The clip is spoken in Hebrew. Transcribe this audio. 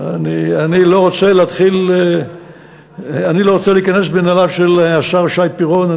אני לא רוצה להיכנס בנעליו של השר שי פירון.